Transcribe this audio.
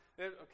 okay